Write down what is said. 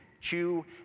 chew